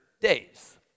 days